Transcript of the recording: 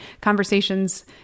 conversations